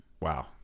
wow